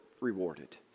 rewarded